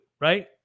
right